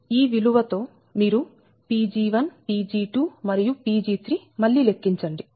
ఈ విలువ తో మీరు Pg1 Pg2 మరియు Pg3 మళ్ళీ లెక్కించండి